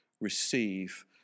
Receive